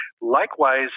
Likewise